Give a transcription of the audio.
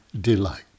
delight